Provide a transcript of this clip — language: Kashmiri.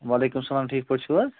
وعلیکُم السلام ٹھیٖک پٲٹھۍ چھُو حظ